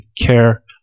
care